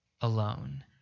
alone